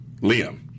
Liam